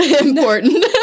important